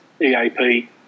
EAP